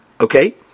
okay